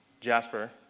jasper